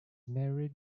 married